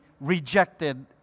rejected